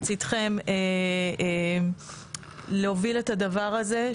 מצידכם להוביל את הדבר הזה,